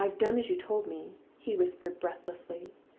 i've done as you told me he whispered, breathlessly.